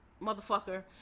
motherfucker